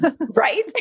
Right